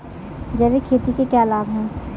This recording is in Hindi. जैविक खेती के क्या लाभ हैं?